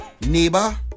neighbor